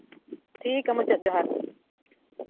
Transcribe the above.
ᱴᱷᱤᱠ ᱜᱮᱭᱟ ᱢᱩᱪᱟᱹᱫ ᱡᱚᱦᱟᱨ